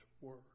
word